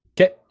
okay